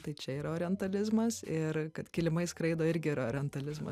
tai čia yra orientalizmas ir kad kilimai skraido irgi yra orientalizmas